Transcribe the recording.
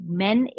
men